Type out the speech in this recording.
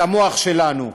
את המוח שלנו.